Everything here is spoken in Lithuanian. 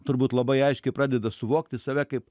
turbūt labai aiškiai pradeda suvokti save kaip